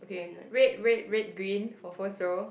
K red red red green for first row